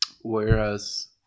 Whereas